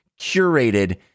curated